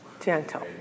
Gentle